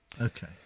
okay